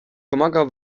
pomagał